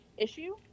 issue